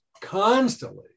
constantly